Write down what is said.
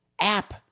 app